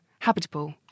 habitable